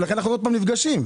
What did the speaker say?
ולכן אנחנו נפגשים שוב.